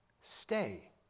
stay